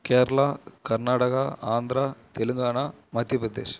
Kerala Karnataka Andhra Telangana Madhya Pradesh